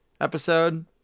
episode